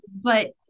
But-